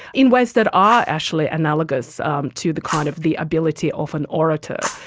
in ways that are actually analogous um to the kind of the ability of an orator,